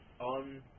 on